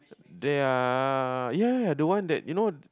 there are ya ya ya the one that you know